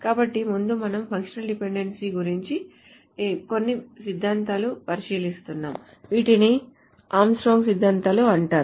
కాబట్టి ముందు మనం ఫంక్షనల్ డిపెండెన్సీ గురించి కొన్ని సిద్ధాంతాలను పరిశీలిస్తాము వీటిని ఆర్మ్స్ట్రాంగ్ సిద్ధాంతాలు అంటారు